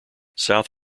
south